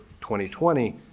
2020